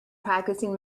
practicing